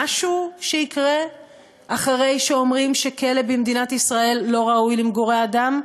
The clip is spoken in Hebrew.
משהו שיקרה אחרי שאומרים שכלא במדינת ישראל לא ראוי למגורי אדם?